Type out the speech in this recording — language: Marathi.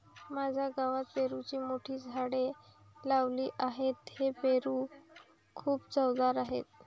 माझ्या गावात पेरूची मोठी झाडे लावली आहेत, हे पेरू खूप चवदार आहेत